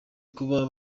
kuba